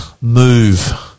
move